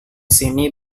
sini